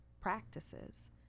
practices